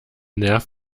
nerv